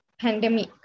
pandemic